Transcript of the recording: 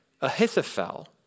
Ahithophel